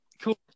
Cool